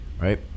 Right